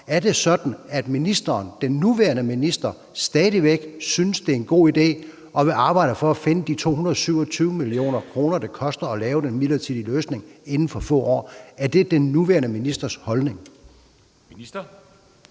Er det sådan, at den nuværende minister stadig væk synes, det er en god idé og vil arbejde for at finde de 227 mio. kr., det koster at lave den midlertidige løsning, inden for få år? Er det den nuværende ministers holdning?